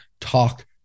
talk